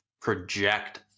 project